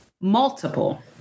Multiple